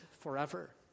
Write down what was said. forever